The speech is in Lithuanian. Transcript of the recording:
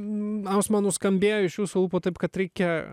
nors man nuskambėjo iš jūsų lūpų taip kad reikia